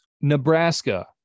Nebraska